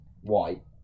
White